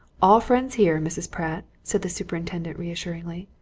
all friends here, mrs. pratt, said the superintendent reassuringly.